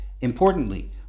Importantly